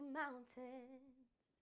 mountains